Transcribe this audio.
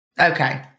Okay